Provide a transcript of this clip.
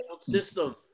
system